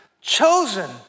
chosen